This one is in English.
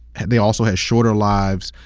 they also have shorter lives.